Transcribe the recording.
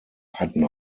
hatten